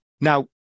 Now